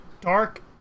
dark